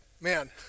man